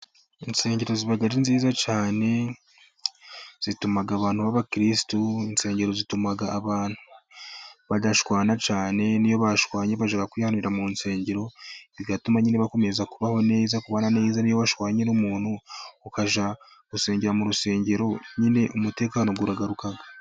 Insengero ziba ari nziza cyane, zituma abantu b'abakirisitu, insengero zituma abantu badashwana cyane, niyo bashwanye bashaka kujya kwihanira mu nsengero, bigatuma nyine bakomeza kubaho neza kubana neza, niba washwanye n'umuntu ukajya gusengera mu rusengero nyine umutekano uragaruka.